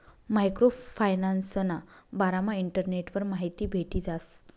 micro फायनान्सना बारामा इंटरनेटवर माहिती भेटी जास